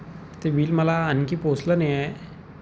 ते बिल मला आणखी पोचलं नाही आहे